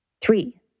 Three